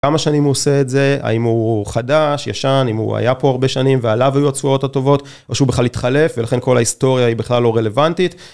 כמה שנים הוא עושה את זה, האם הוא חדש, ישן, אם הוא היה פה הרבה שנים ועליו היו התשואות הטובות או שהוא בכלל התחלף ולכן כל ההיסטוריה היא בכלל לא רלוונטית.